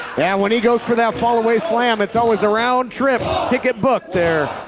yeah when he goes for that fall away slam it's always a round trip, ticket booked there.